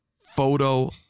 photo